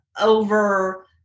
over